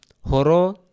Horo